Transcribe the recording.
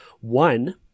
One